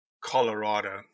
Colorado